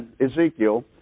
Ezekiel